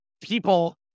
People